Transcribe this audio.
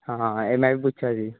ਹਾਂ ਇਹ ਮੈਂ ਵੀ ਪੁੱਛਿਆ ਸੀ